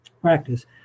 practice